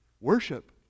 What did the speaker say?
Worship